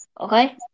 Okay